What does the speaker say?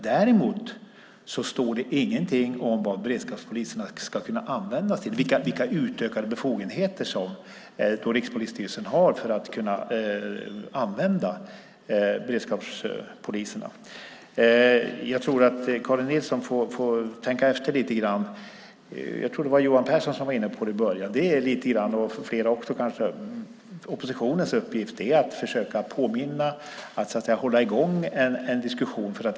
Däremot står det ingenting om vad beredskapspoliserna ska kunna användas till och vilka utökade befogenheter Rikspolisstyrelsen har för att kunna använda dem. Jag tror att Karin Nilsson får tänka efter lite grann. Johan Pehrson, och flera andra, var inne på att det är oppositionens uppgift att försöka påminna och hålla i gång en diskussion.